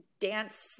dance